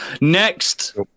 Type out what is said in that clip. Next